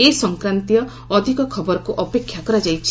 ଏ ସଂକ୍ରାନ୍ତୀୟ ଅଧିକ ଖବରକ୍ ଅପେକ୍ଷା କରାଯାଇଛି